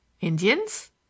Indians